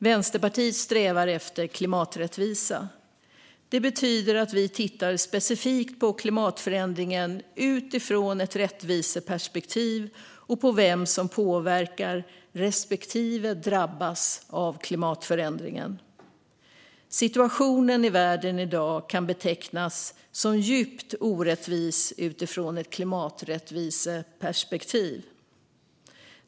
Vänsterpartiet strävar efter klimaträttvisa. Det betyder att vi tittar specifikt på klimatförändringen utifrån ett rättviseperspektiv och på vem som påverkar respektive drabbas av klimatförändringen. Situationen i världen i dag kan betecknas som djupt orättvis utifrån ett klimaträttviseperspektiv.